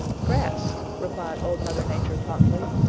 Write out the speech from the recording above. grass, replied old mother nature promptly.